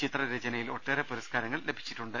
ചിത്രരചനയിൽ ഒട്ടേറെ പുരസ്കാരങ്ങൾ ലഭിച്ചിട്ടുണ്ട്